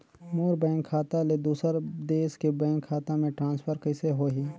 मोर bank खाता ले दुसर देश के बैंक खाता मे ट्रांसफर कइसे होही?